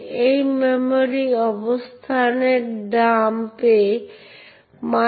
এবং এটি সর্বদা ইউনিক্স ফাইল সিস্টেমের সাথে সম্ভব নয়